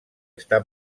està